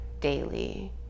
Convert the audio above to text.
daily